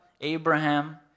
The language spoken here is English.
Abraham